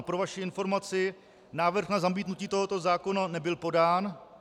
Pro vaši informaci, návrh na zamítnutí tohoto zákona nebyl podán.